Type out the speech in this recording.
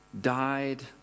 died